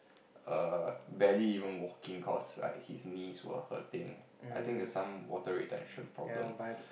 err barely even walking cause like his knees were hurting I think there's some water retention problem